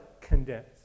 condense